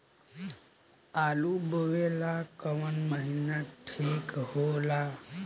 आलू बोए ला कवन महीना ठीक हो ला?